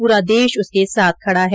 पूरा देश उसके साथ खड़ा है